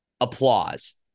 applause